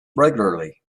regularly